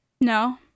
no